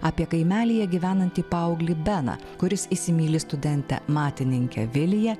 apie kaimelyje gyvenantį paauglį beną kuris įsimyli studentę matininkę viliją